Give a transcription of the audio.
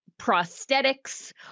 prosthetics